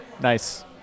Nice